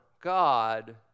God